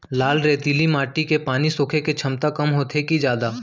लाल रेतीली माटी के पानी सोखे के क्षमता कम होथे की जादा?